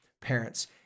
Parents